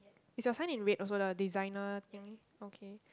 is your sign in red also the designer thingy okay